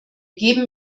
geben